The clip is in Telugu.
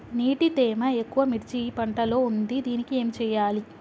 నీటి తేమ ఎక్కువ మిర్చి పంట లో ఉంది దీనికి ఏం చేయాలి?